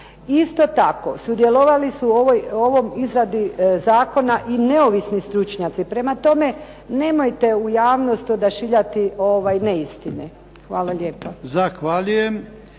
Isto tako sudjelovali su u ovoj izradi zakona i neovisni stručnjaci. Prema tome, nemojte u javnost odašiljati neistine. Hvala lijepa.